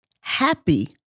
happy